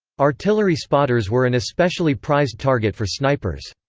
artillery spotters were an especially prized target for snipers.